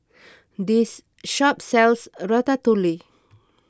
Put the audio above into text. this shop sells Ratatouille